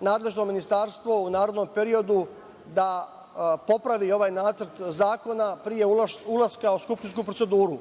nadležno ministarstvo u narednom periodu da popravi ovaj nacrt zakona pre ulaska u skupštinsku proceduru.